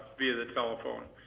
via the telephone.